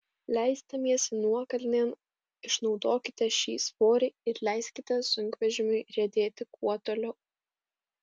leisdamiesi nuokalnėn išnaudokite šį svorį ir leiskite sunkvežimiui riedėti kuo toliau